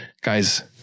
guys